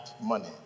money